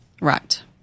Right